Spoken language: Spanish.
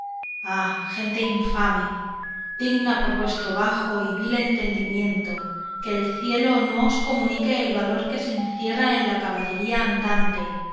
ah gente infame digna por vuestro bajo y vil entendimiento que el cielo no os comunique el valor que se encierra en la caballería andante